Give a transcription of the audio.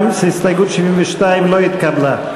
גם הסתייגות 72 לא התקבלה.